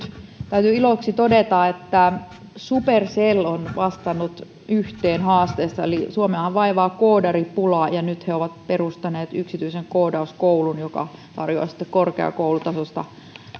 täytyy iloksi todeta että supercell on vastannut yhteen haasteista suomea vaivaa koodaripula ja nyt he ovat perustaneet yksityisen koodauskoulun joka tarjoaa korkeakoulutasoista